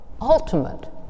ultimate